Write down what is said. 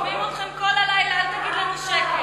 שומעים אתכם כל הלילה, אל תגיד לנו שקט.